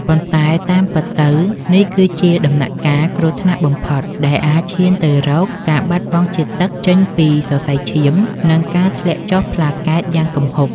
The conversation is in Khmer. ប៉ុន្តែតាមពិតទៅ នេះគឺជាដំណាក់កាល គ្រោះថ្នាក់បំផុត ដែលអាចឈានទៅរកការបាត់បង់ជាតិទឹកចេញពីសរសៃឈាម និងការធ្លាក់ចុះប្លាកែតយ៉ាងគំហុក។